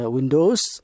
Windows